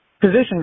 position